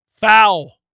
Foul